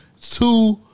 Two